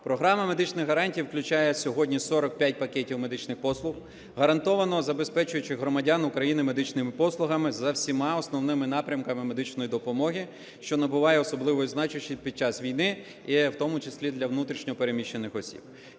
Програма медичних гарантій включає сьогодні 45 пакетів медичних послуг, гарантовано забезпечуючи громадян України медичними послугами за всіма основними напрямками медичної допомоги, що набуває особливої значущості під час війни і в тому числі для внутрішньо переміщених осіб.